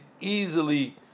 easily